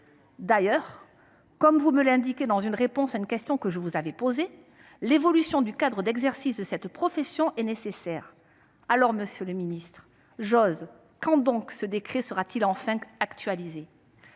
D’ailleurs, comme vous me l’avez indiqué en réponse à une question que je vous avais posée, l’évolution du cadre d’exercice de cette profession est nécessaire. Alors, monsieur le ministre, j’ose cette question : quand ce décret sera t il enfin actualisé ?